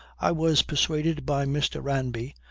i was persuaded by mr. ranby,